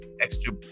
extra